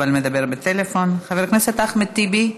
אבל מדבר בטלפון, חבר הכנסת אחמד טיבי,